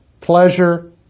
pleasure